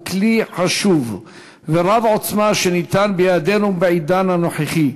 הוא כלי חשוב ורב-עוצמה שניתן בידינו בעידן הנוכחי.